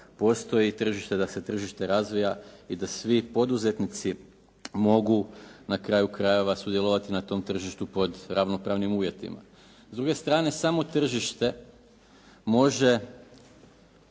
postoji tržište, da se tržište razvija i da svi poduzetnici mogu na kraju krajeva sudjelovati na tom tržištu pod ravnopravnim uvjetima. S druge strane samo tržište može